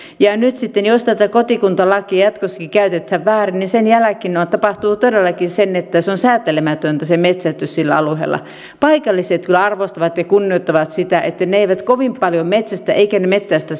ja nyt jos tätä kotikuntalakia jatkossakin käytetään väärin niin sen jälkeen tapahtuu todellakin se että se metsästys on säätelemätöntä sillä alueella paikalliset kyllä arvostavat ja kunnioittavat sitä eli he eivät kovin paljon metsästä eivätkä metsästä